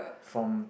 from